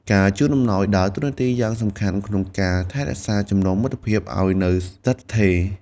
ការជូនអំណោយដើរតួនាទីយ៉ាងសំខាន់ក្នុងការថែរក្សាចំណងមិត្តភាពឲ្យនៅស្ថិតស្ថេរ។